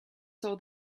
saw